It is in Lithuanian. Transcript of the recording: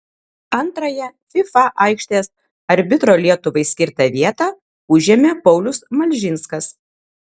antrąją fifa aikštės arbitro lietuvai skirtą vietą užėmė paulius malžinskas